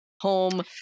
home